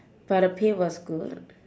but the pay was good